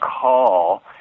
call